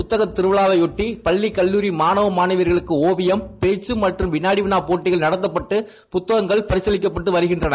புத்தக திருவிழாவையாட்டி பள்ளி கல்லூரி மாணவ மாணவிகளுக்கு ஒவியம் பேச்சு மற்றும் விளாடி விளா போட்டிகள் நடத்தப்பட்டு புத்தகங்கள் பரிசளிக்கப்பட்டு வருகின்றன